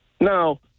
Now